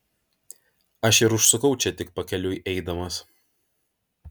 aš ir užsukau čia tik pakeliui eidamas